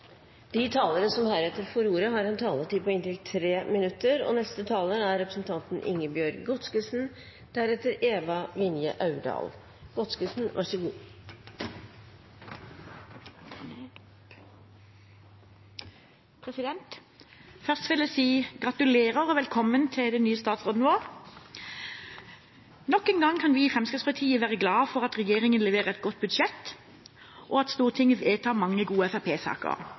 De talere som heretter får ordet, har en taletid på inntil 3 minutter. Først vil jeg si gratulerer og velkommen til den nye statsråden vår. Nok en gang kan vi i Fremskrittspartiet være glad for at regjeringen leverer et godt budsjett, og at Stortinget vedtar mange gode